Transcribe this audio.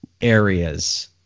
areas